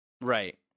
Right